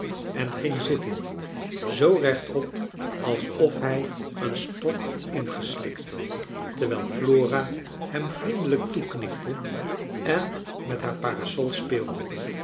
en ging zitten zoo rechtop alsof hij een stok had ingeslikt terwijl flora hem vriendelijk toeknikte en met haar paras oi speelde